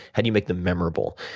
how do you make them memorable?